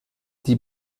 die